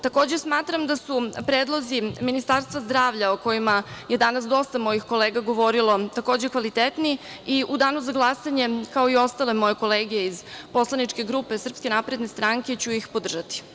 Takođe, smatram da su predlozi Ministarstva zdravlja o kojima je danas dosta mojih kolega govorilo, takođe, kvalitetni i u danu za glasanje, kao i ostale moje kolege iz poslaničke grupe SNS, ću ih podržati.